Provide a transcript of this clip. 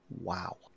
Wow